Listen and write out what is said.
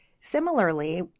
Similarly